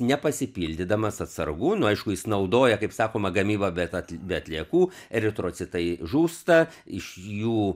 nepasipildydamas atsargų nu aišku jis naudoja kaip sakoma gamybą bet be atliekų eritrocitai žūsta iš jų